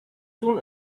soon